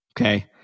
Okay